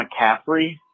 McCaffrey